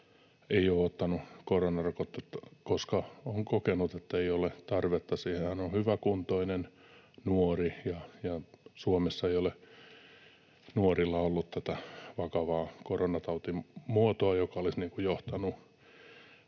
ei ole ottanut koronarokotetta, koska on kokenut, että ei ole tarvetta siihen. Hän on hyväkuntoinen, nuori, ja Suomessa ei ole nuorilla ollut tätä vakavaa koronatautimuotoa, joka olisi johtanut